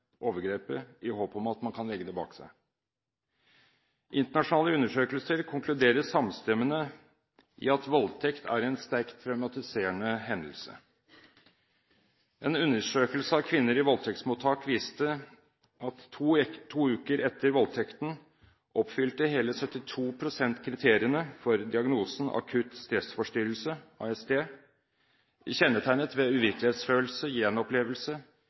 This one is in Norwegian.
overgrepet i håp om at de kan legge det bak seg. Internasjonale undersøkelser konkluderer samstemmig at voldtekt er en sterkt traumatiserende hendelse. En undersøkelse av kvinner i voldtektsmottak viste at to uker etter voldtekten oppfylte hele 72 pst. kriteriene for diagnosen akutt stressforstyrrelse – ASD, kjennetegnet ved uvirkelighetsfølelse, gjenopplevelse,